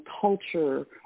culture